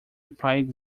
replied